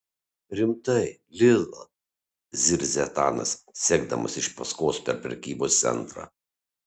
rimtai lila zirzia etanas sekdamas iš paskos per prekybos centrą